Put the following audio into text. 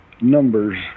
numbers